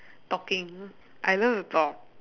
talking I love to talk